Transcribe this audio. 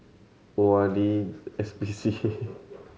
O R D S P C A